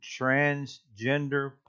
transgender